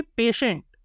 patient